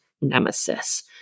nemesis